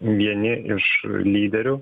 vieni iš lyderių